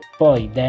poi